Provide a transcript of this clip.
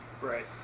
Right